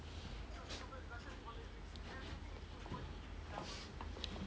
of